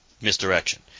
misdirection